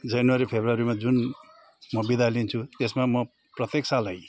जनवरी फेब्रुअरीमा जुन म बिदा लिन्छु त्यसमा म प्रत्येक साल